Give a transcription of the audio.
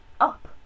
up